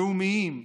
לאומיים,